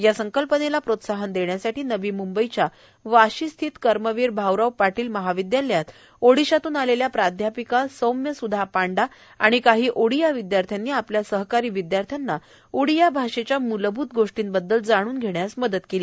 या संकल्पनेला प्रोत्साहन देण्यासाठी नवी मुंबईच्या वाशी स्थित कर्मवीर भाऊराव पाटील महाविद्यालयात ओडिशातून आलेल्या प्राध्यापिका सौम्य सुधा पांडा आणि काही ओडिया विदयार्थ्यांनी आपल्या सहकारी विदयार्थ्यांना ओडिया भाषेच्या मूलभूत गोष्टींबद्दल जाण्न घेण्यास मदत केली